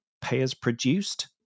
payers-produced